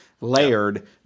layered